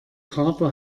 kater